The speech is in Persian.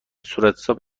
صورتحساب